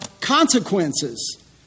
consequences